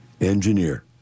Engineer